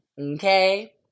Okay